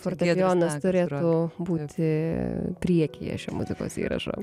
fortepijonas turėtų būti priekyje šio muzikos įrašo